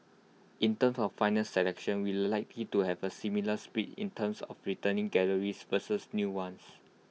in terms of final selection we will likely to have A similar split in terms of returning galleries versus new ones